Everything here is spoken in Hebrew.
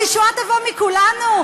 הישועה תבוא מכולנו.